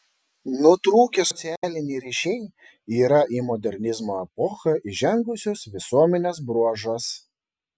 nutrūkę socialiniai ryšiai yra į modernizmo epochą įžengusios visuomenės bruožas